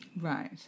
Right